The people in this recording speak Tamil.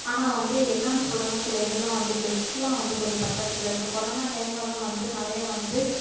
ஆனால் வந்து என்னனு சொல்லுறங்கன்னா சில இதுலாம் வந்து பெட்ஸ்லாம் வந்து கொஞ்சம் பத்துறது இல்லை இந்த கொரோனா டைம்லலாம் வந்து நிறைய வந்து